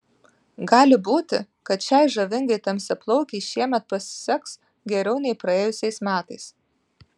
gali būti kad šiai žavingai tamsiaplaukei šiemet pasiseks geriau nei praėjusiais metais